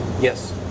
Yes